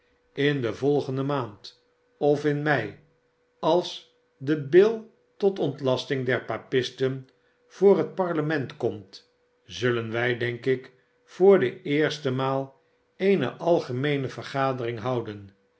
toon inde volgende maand of in mei als de bill tot ontlasting der papisten voor het parlement komt zullen wij denk ik voor de eerste maal eene algemeene vergadering houden